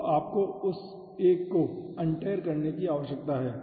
तो आपको उस एक को untar करने की जरूरत है